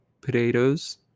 potatoes